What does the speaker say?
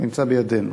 הוא נמצא בידינו,